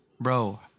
Bro